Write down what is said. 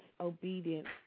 obedience